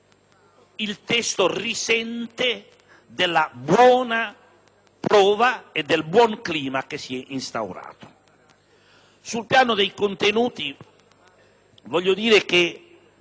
il testo risente della buona prova e del buon clima che si è instaurato. Sul piano dei contenuti il testo